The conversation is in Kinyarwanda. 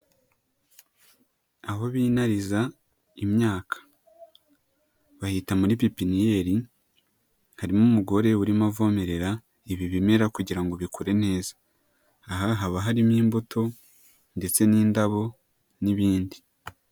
Aho binariza imyaka bahita muri pepiniyeri harimo umugore urimo avomerera ibi bimera kugira ngo bikure neza, aha haba harimo imbuto ndetse n'indabo n'ibindi.